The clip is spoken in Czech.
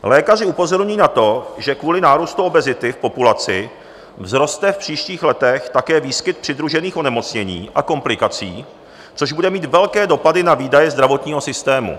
Lékaři upozorňují na to, že kvůli nárůstu obezity v populaci vzroste v příštích letech také výskyt přidružených onemocnění a komplikací, což bude mít velké dopady na výdaje zdravotního systému.